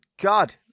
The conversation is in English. God